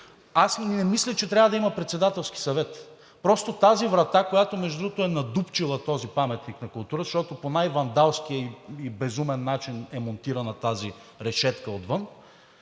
Аз не мисля, че трябва да има Председателски съвет. Просто тази врата, която, между другото, е надупчила този паметник на културата, защото по най-вандалския и безумен начин е монтирана тази решетка отвън,